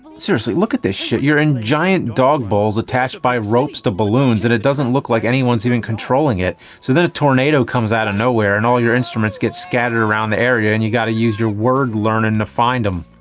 seriously, look at this shit. you're in giant dog bowls attached by ropes to balloons. and it doesn't look like anyone's even controlling it. so then a tornado comes out of and nowhere and all your instruments get scattered around the area, and you got to use your word learning to find them.